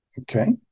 Okay